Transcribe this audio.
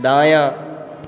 दायाँ